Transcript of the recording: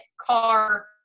car